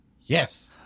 Yes